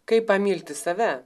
kaip pamilti save